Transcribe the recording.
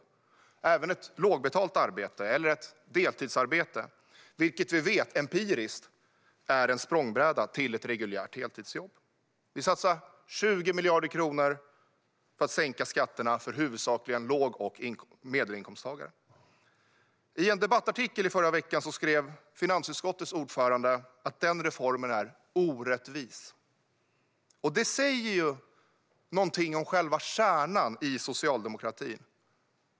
Det kan även gälla ett lågbetalt arbete eller ett deltidsarbete, vilket vi empiriskt vet är en språngbräda till ett reguljärt heltidsjobb. Vi satsar 20 miljarder kronor på att sänka skatterna för huvudsakligen låg och medelinkomsttagare. I en debattartikel förra veckan skrev finansutskottets ordförande att den reformen är orättvis. Det säger någonting om själva kärnan i socialdemokratin.